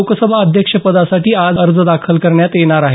लोकसभा अध्यक्षपदासाठी आज अर्ज दाखल करण्यात येणार आहेत